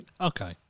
Okay